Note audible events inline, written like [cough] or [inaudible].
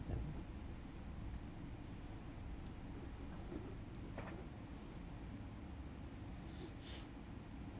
them [breath]